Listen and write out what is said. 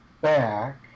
back